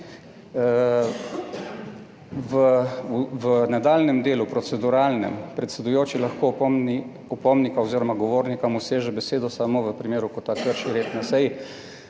V nadaljnjem delu proceduralnem predsedujoči lahko opomni opomnika oziroma govornika, mu seže besedo samo v primeru, ko ta krši red na seji,